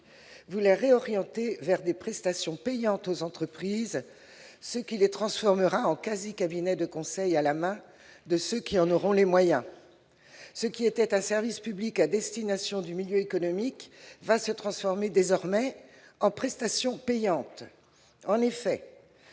vous les réorientez vers des prestations payantes aux entreprises, ce qui les transformera en quasi-cabinets de conseil, à la main de ceux qui en auront les moyens. Ce qui était un service public à destination du milieu économique va se transformer désormais en prestations payantes. En effet,